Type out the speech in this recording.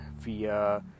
via